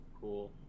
cool